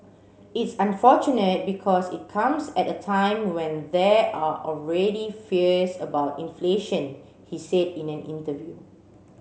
it's unfortunate because it comes at a time when there are already fears about inflation he said in an interview